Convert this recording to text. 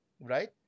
Right